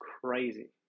crazy